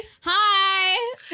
Hi